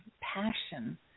passion